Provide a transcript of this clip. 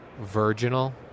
virginal